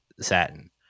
satin